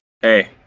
Hey